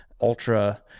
ultra